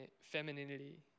femininity